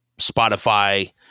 Spotify